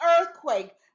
earthquake